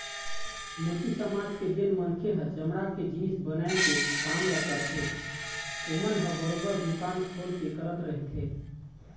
मोची समाज के जेन मनखे ह चमड़ा के जिनिस बनाए के काम ल करथे ओमन ह बरोबर दुकान खोल के करत रहिथे